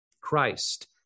Christ